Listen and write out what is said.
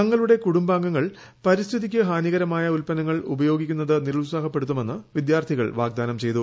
തങ്ങളുടെ കൂടുംബാംഗങ്ങൾ പരിസ്ഥിതിക്ക് ഹാനികരമായ ഉത്പന്നങ്ങൾ ഉപയോഗിക്കുന്നത് നിരുത്സാഹപ്പെടുത്തുമെന്ന് വിദ്യാർത്ഥികൾ വാഗ്ദാനം ചെയ്തു